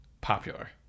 popular